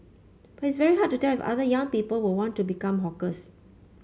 but it's very hard to tell if other young people were want to become hawkers